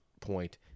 point